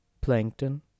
plankton